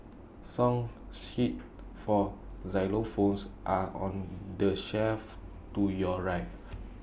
song sheets for xylophones are on the shelf to your right